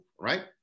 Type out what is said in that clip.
right